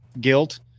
guilt